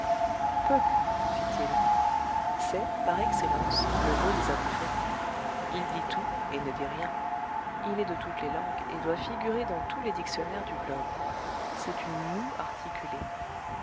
peuh fit-il c'est par excellence le mot des indifférents il dit tout et ne dit rien il est de toutes les langues et doit figurer dans tous les dictionnaires du globe c'est une moue articulée